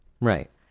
Right